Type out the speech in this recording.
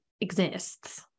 exists